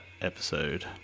episode